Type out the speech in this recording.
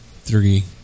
three